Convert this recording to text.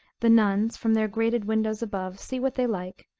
the nuns, from their grated windows above, see what they like,